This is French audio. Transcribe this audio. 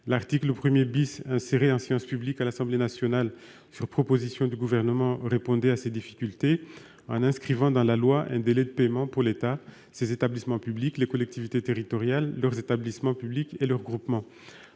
L'article 1 , inséré en séance publique à l'Assemblée nationale sur proposition du Gouvernement, répondait à ces difficultés, en inscrivant dans la loi un délai de paiement pour l'État, ses établissements publics, les collectivités territoriales, leurs établissements publics et leurs groupements.